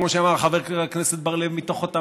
כמו שאמר חבר הכנסת בר-לב,